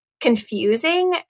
confusing